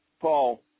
Paul